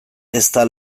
ezta